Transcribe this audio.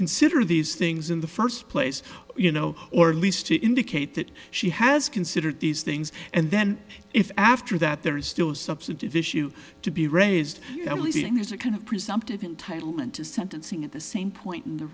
consider these things in the first place you know or at least to indicate that she has considered these things and then if after that there is still a substantive issue to be raised that leasing is a kind of presumptive entitlement to sentencing at the same point in the